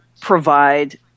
provide